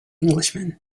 englishman